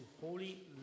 holy